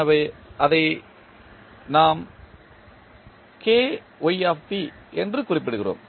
எனவே நாம் அதை என்று குறிப்பிடுகிறோம்